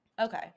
okay